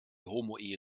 homoehe